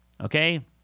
Okay